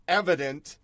evident